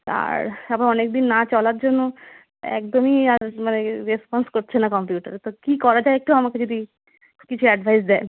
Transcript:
আর আবার অনেক দিন না চলার জন্য একদমই আর মানে রেসপন্স করছে না কম্পিউটারে তো কী করা যায় একটু আমাকে যদি কিছু অ্যাডভাইস দেন